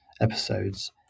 episodes